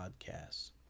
Podcasts